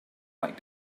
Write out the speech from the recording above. like